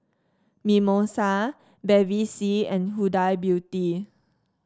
Mimosa Bevy C and Huda Beauty